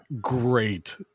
great